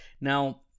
Now